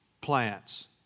plants